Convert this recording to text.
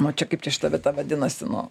nu čia kaip čia šita vieta vadinasi nu